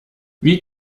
wie